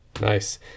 nice